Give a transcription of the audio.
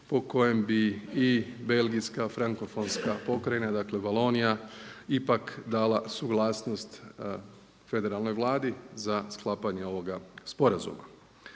po kojem bi i belgijska frankofonska pokrajina, dakle Valonija ipak dala suglasnost federalnoj Vladi za sklapanje ovoga sporazuma.